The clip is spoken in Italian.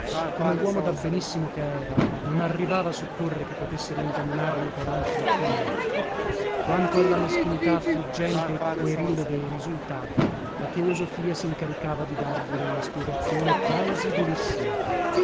come uomo dabbenissimo che era non arrivava a supporre che potessero ingannarlo per altro fine quanto alla meschinità affliggente e puerile dei resultati la teosofia sincaricava di dargliene una spiegazione plausibilissima